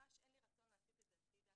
ממש אין לי רצון להסית את זה הצידה,